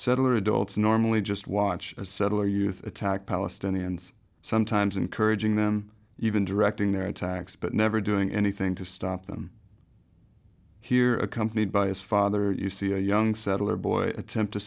settler adults normally just watch as settler youth attack palestinians sometimes encouraging them even directing their attacks but never doing anything to stop them here accompanied by his father you see a young settler boy attempt to